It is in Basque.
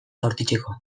jaurtitzeko